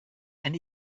and